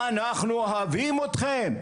אנחנו אוהבים אותך.